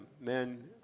men